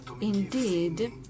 Indeed